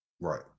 Right